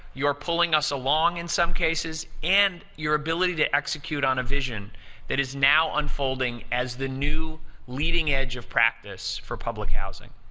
you're pulling us along in some cases, and your ability to execute on a vision that is now unfolding as the new leading edge of practice for public housing.